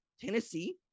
Tennessee